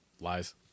Lies